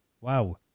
wow